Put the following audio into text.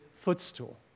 footstool